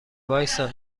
وایستا